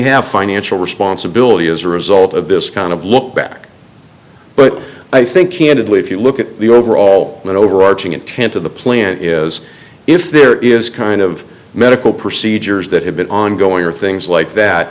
have financial responsibility as a result of this kind of look back but i think candidly if you look at the overall and overarching intent of the plan is if there is kind of medical procedures that have been ongoing or things like that